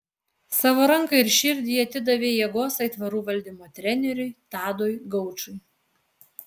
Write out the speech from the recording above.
savo ranką ir širdį ji atidavė jėgos aitvarų valdymo treneriui tadui gaučui